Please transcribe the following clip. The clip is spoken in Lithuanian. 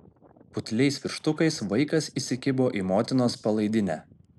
putliais pirštukais vaikas įsikibo į motinos palaidinę